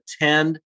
attend